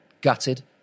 gutted